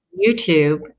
YouTube